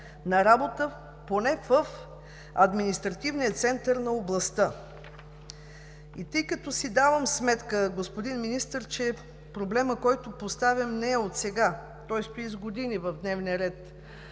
на работа, поне в административния център на областта. И тъй като си давам сметка, господин Министър, че проблемът, който поставям, не е от сега, той стои с години в дневния ред